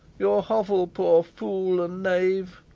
your hovel poor fool and knave,